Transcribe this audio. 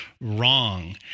wrong